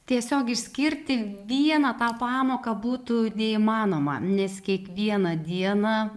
tiesiog išskirti vieną tą pamoką būtų neįmanoma nes kiekvieną dieną